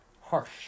harsh